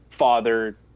father